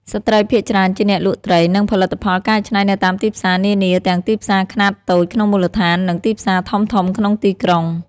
ស្ត្រីភាគច្រើនជាអ្នកលក់ត្រី និងផលិតផលកែច្នៃនៅតាមទីផ្សារនានា ទាំងទីផ្សារខ្នាតតូចក្នុងមូលដ្ឋាន និងទីផ្សារធំៗក្នុងទីក្រុង។